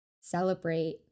Celebrate